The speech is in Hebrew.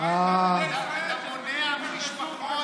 אתה מונע ממשפחות,